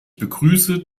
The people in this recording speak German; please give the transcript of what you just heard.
begrüße